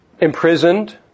imprisoned